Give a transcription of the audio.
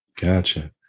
Gotcha